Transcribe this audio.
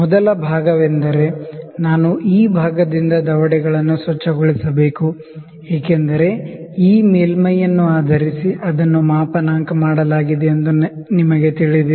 ಮೊದಲ ಭಾಗವೆಂದರೆ ನಾನು ಈ ಭಾಗದಿಂದ ದವಡೆಗಳನ್ನು ಸ್ವಚ್ಛಗೊಳಿಸಬೇಕು ಏಕೆಂದರೆ ಈ ಮೇಲ್ಮೈಯನ್ನು ಆಧರಿಸಿ ಅದನ್ನು ಮಾಪನಾಂಕ ಮಾಡಲಾಗಿದೆ ಎಂದು ನಿಮಗೆ ತಿಳಿದಿದೆ